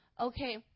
Okay